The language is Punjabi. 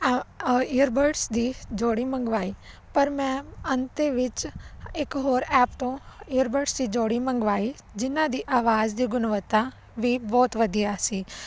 ਇਅਰਬਡਸ ਦੀ ਜੋੜੀ ਮੰਗਵਾਈ ਪਰ ਮੈਂ ਅੰਤ ਦੇ ਵਿੱਚ ਇੱਕ ਹੋਰ ਐਪ ਤੋਂ ਇਅਰਬਡਸ ਦੀ ਜੋੜੀ ਮੰਗਵਾਈ ਜਿਹਨਾਂ ਦੀ ਆਵਾਜ਼ ਦੀ ਗੁਣਵੱਤਾ ਵੀ ਬਹੁਤ ਵਧੀਆ ਸੀ